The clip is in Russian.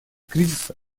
кризиса